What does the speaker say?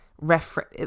reference